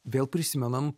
vėl prisimenam